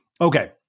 okay